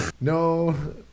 No